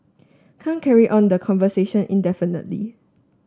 can't carry on the conversation indefinitely